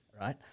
right